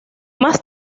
más